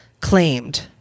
claimed